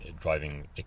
driving